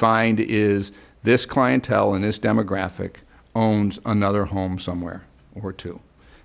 find is this clientele in this demographic owns another home somewhere or two